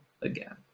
again